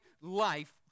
life